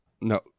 No